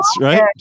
right